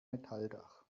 metalldach